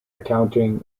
accounting